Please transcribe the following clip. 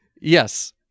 Yes